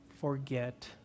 forget